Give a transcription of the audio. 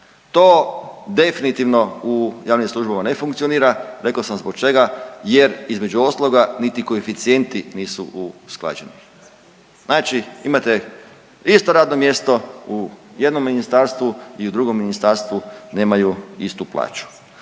To definitivno u javnim službama ne funkcionira, reko sam zbog čega, jer između ostaloga niti koeficijenti nisu usklađeni. Znači imate isto radno mjesto u jednom ministarstvu i u drugom ministarstvu nemaju istu plaću.